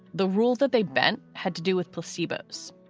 the rule that they bent had to do with placebos.